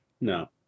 No